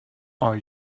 are